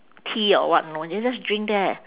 tea or what know then you just drink there